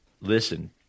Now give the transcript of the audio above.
listen